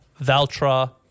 Valtra